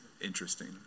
interesting